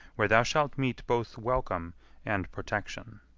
where thou shalt meet both welcome and protection.